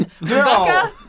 No